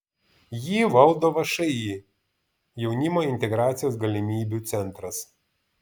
jį valdo všį jaunimo integracijos galimybių centras